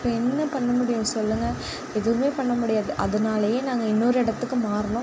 அப்போ என்ன பண்ணமுடியும் சொல்லுங்க எதுவுமே பண்ணமுடியாது அதனாலையே நாங்கள் இன்னொரு இடத்துக்கு மாறினோம்